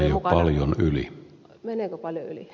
meneekö paljon yli